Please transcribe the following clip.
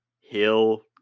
Hill